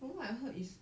from what I heard is